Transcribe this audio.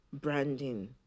branding